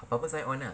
apa apa sign on lah